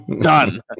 Done